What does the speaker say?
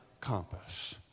compass